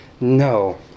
no